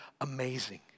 amazing